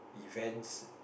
events